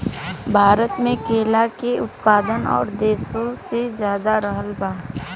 भारत मे केला के उत्पादन और देशो से ज्यादा रहल बा